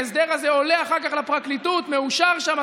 ההסדר הזה עולה אחר כך לפרקליטות ומאושר שם,